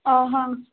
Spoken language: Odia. ଓହୋ